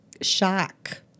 shock